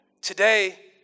today